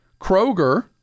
Kroger